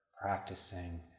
practicing